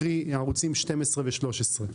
קרי ערוצים 12 ו-13.